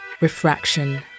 refraction